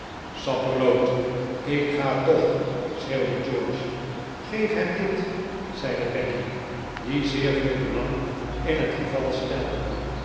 sapperloot ik ga toch schreeuwde george gee hem dit zeide becky die zeer veel belang in het geval stelde